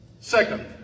Second